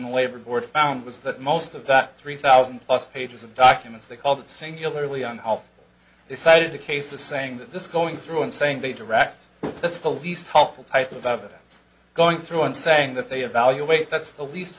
the labor board found was that most of that three thousand pages of documents they called it singularly and how they cited a case of saying that this is going through and saying they direct that's the least helpful type of evidence going through and saying that they evaluate that's the least